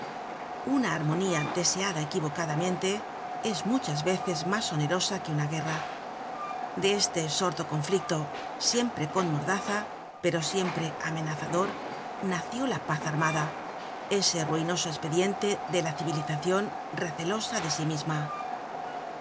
una armonía deseada equivocadamente es muchas veces mas onerosa que una guerra de este sordo conflicto siempre con mordaza pero siempre amenazador nació la paz armada ese ruinoso espediente de la civilizacion recelosa de sí misma